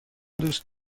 دوست